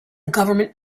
government